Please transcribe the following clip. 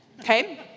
okay